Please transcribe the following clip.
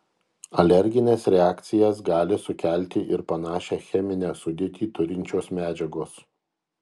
alergines reakcijas gali sukelti ir panašią cheminę sudėtį turinčios medžiagos